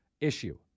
issue